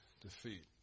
defeat